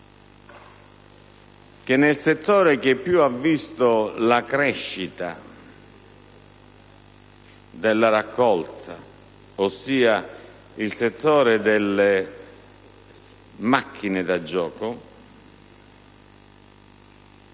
che nel settore che più ha visto la crescita della raccolta, ossia il settore delle macchine da gioco,